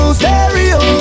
stereo